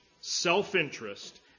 self-interest